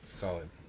solid